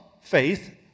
faith